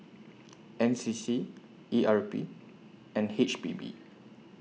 N C C E R P and H P B